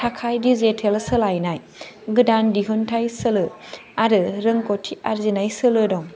digital सोलायनाय गोदान दिहुनथाय सोलो आरो रोंगौथि आरजिनाय सोलो दं